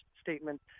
statement